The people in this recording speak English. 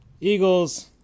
Eagles